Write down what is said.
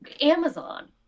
amazon